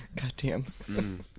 Goddamn